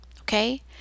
Okay